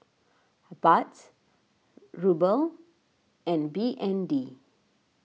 Baht Ruble and B N D